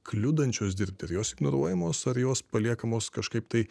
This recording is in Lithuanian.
kliudančios dirbti ar jos ignoruojamos ar jos paliekamos kažkaip tai